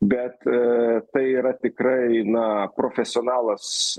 bet tai yra tikrai na profesionalas